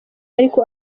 ariko